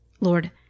Lord